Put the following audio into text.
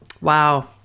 Wow